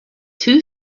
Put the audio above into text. two